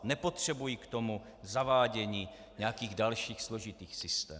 Nepotřebují k tomu zavádění nějakých dalších složitých systémů.